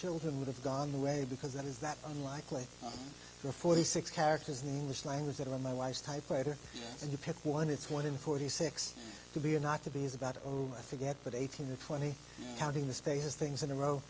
children would have gone the way because that is that unlikely for forty six characters in this language that are my wife's typewriter and you pick one it's one in forty six to be and not to be is about oh my forget that eighteen to twenty counting the spaces things in a row